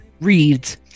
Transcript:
reads